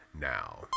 now